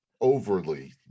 overly